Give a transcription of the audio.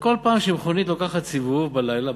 וכל פעם שמכונית לוקחת סיבוב בלילה,